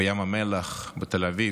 בים המלח בתל אביב,